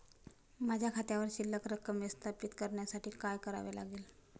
माझ्या खात्यावर शिल्लक रक्कम व्यवस्थापित करण्यासाठी काय करावे लागेल?